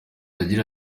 agira